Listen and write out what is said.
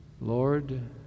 Lord